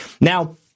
Now